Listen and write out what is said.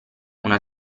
una